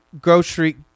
grocery